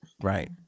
Right